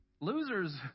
Losers